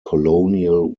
colonial